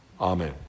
Amen